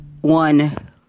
one